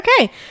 Okay